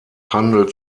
handelt